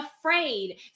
afraid